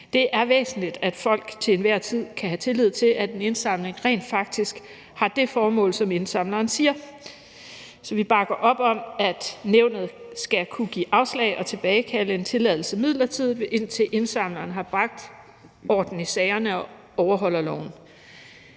Det er væsentligt, at folk til enhver tid kan have tillid til, at en indsamling rent faktisk har det formål, som indsamleren siger. Så vi bakker op om, at nævnet skal kunne give afslag og tilbagekalde en tilladelse midlertidigt, indtil indsamleren har bragt orden i sagerne og overholder loven.